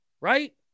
Right